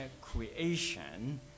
creation